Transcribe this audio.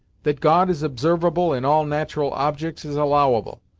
that god is observable in all nat'ral objects is allowable,